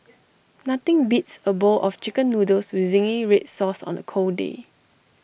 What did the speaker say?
nothing beats A bowl of Chicken Noodles with Zingy Red Sauce on A cold day